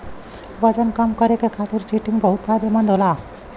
वजन कम करे खातिर चिटिन बहुत फायदेमंद होला